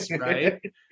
right